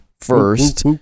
first